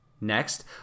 Next